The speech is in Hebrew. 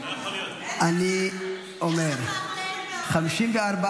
סליחה, היועצת המשפטית, את צריכה לבדוק.